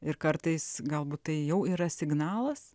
ir kartais galbūt tai jau yra signalas